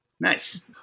Nice